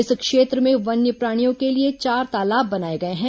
इस क्षेत्र में वन्यप्राणियों के लिए चार तालाब बनाए गए हैं